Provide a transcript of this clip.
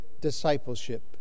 discipleship